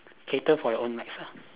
cater for your own needs ah